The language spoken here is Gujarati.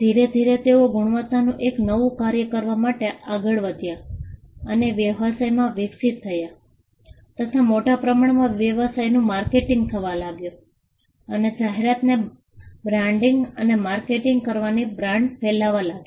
ધીરે ધીરે તેઓ ગુણવત્તાનું એક નવું કાર્ય કરવા માટે આગળ વધ્યાં અને વ્યવસાયમાં વિકાસ થાય તથા મોટા પ્રમાણમાં વ્યવસાયનું માર્કેટિંગ થવાં લાગ્યું અને જાહેરાતને બ્રાન્ડિંગ અને માર્કેટિંગ કરવાથી બ્રાન્ડ ફેલાવા લાગી